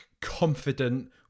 confident